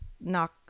knock